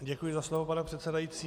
Děkuji za slovo, pane předsedající.